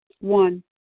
One